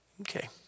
Okay